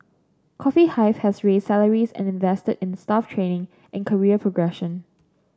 Coffee Hive has raise salaries and invested in staff training and career progression